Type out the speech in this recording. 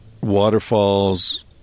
waterfalls